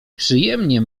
przyjemnie